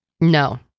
No